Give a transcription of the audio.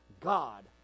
God